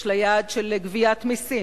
יש לה יעד של גביית מסים.